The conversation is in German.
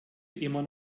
immer